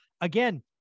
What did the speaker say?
again